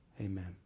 amen